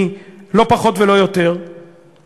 היא לא פחות ולא יותר מרמת-אשכול,